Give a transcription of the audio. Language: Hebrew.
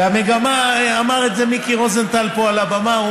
והמגמה, אמר את זה מיקי רוזנטל פה על הבמה.